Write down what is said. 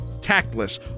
tactless